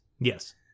Yes